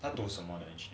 他读什么的 engineering